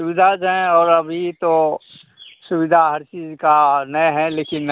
सुविधा जो हैं और अभी तो सुविधा हर चीज़ का नहीं है लेकिन